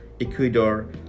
Ecuador